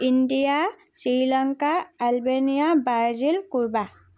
India Sri Lanka Albania Brazil Cuba